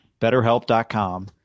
BetterHelp.com